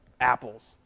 Apples